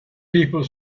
people